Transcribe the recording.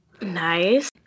Nice